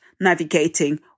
navigating